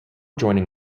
joining